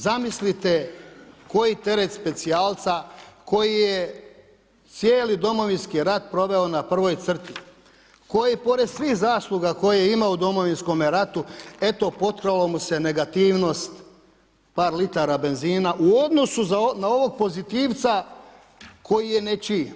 Zamislite koji teret specijalca koji je cijeli domovinski rat proveo na prvoj crti, koji pored svih zasluga koje je imao u Domovinskom ratu, eto potkralo mu se negativnost, par litara benzina u odnosu na ovog pozitivca koji je nečiji.